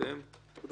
נמנעים, אין